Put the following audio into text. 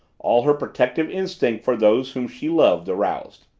all her protective instinct for those whom she loved aroused.